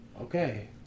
okay